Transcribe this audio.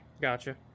Gotcha